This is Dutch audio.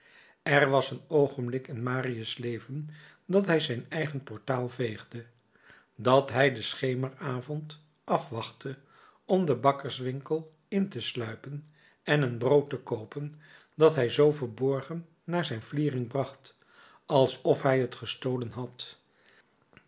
er was een oogenblik in marius leven dat hij zijn eigen portaal veegde dat hij den schemeravond afwachtte om den bakkerswinkel in te sluipen en een brood te koopen dat hij zoo verborgen naar zijn vliering bracht alsof hij het gestolen had